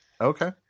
okay